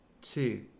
two